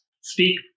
speak